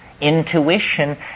Intuition